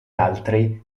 altri